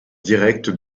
directe